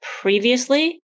previously